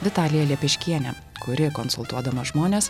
vitalija lepeškiene kuri konsultuodama žmones